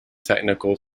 technical